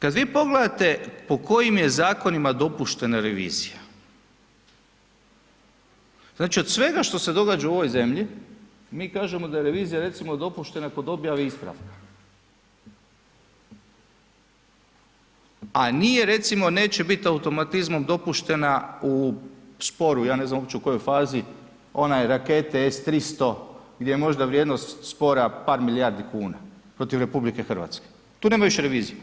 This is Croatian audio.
Kad vi pogledate po kojim je zakonima dopuštena revizija, znači od svega što se događa u ovoj zemlji mi kažemo da je revizija recimo dopuštena kod objave isprava, a nije recimo neće bit automatizmom dopuštena u sporu ja ne znam uopće u kojoj fazi onaj rakete S300 gdje je možda vrijednost spora par milijardi kuna protiv RH, tu nema više revizije,